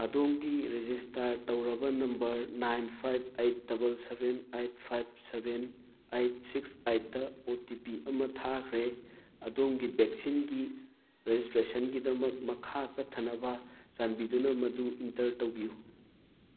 ꯑꯗꯣꯝꯒꯤ ꯔꯦꯖꯤꯁꯇꯥꯔ ꯇꯧꯔꯕ number nine five eight double seven eight five seven eight six ꯑꯥꯏꯠꯇ O T P ꯑꯃ ꯊꯥꯈ꯭ꯔꯦ ꯑꯗꯣꯝꯒꯤ ꯕꯦꯛꯁꯤꯟꯒꯤ ꯔꯦꯖꯤꯁꯇ꯭ꯔꯦꯁꯟꯒꯤꯗꯃꯛ ꯃꯈꯥ ꯆꯠꯊꯅꯕ ꯆꯥꯟꯕꯤꯗꯨꯅ ꯃꯗꯨ ꯏꯟꯇꯔ ꯇꯧꯕꯤꯌꯨ